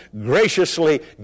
graciously